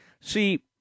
see